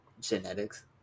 genetics